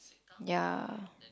ya